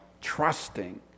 trusting